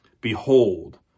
Behold